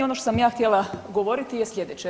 Ono što sam ja htjela govoriti je slijedeće.